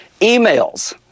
emails